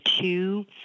two